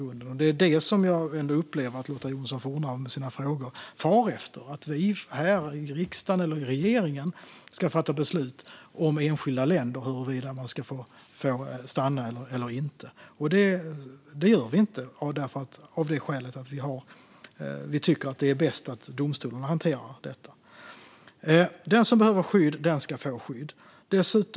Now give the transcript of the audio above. Men det som jag upplever att Lotta Johnsson Fornarve med sina frågor far efter är att vi här i riksdagen eller regeringen ska fatta beslut utifrån enskilda länder huruvida man ska få stanna eller inte. Det gör vi inte av skälet att vi tycker att det är bäst att domstolarna hanterar detta. Den som behöver skydd ska få skydd.